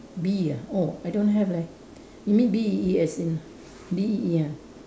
bee ah oh I don't have leh you mean B E E as in B E E ah